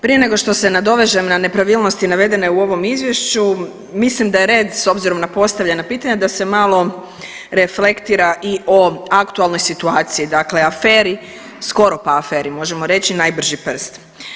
Prije nego što se nadovežem na nepravilnosti navedene u ovom izvješću, mislim da je red s obzirom da na postavljena pitanja da se malo reflektira i o aktualnoj situaciji, dakle aferi skoro pa aferi možemo reći, najbrži prst.